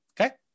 Okay